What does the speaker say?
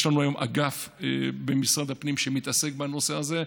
יש לנו היום אגף במשרד הפנים שמתעסק בנושא הזה.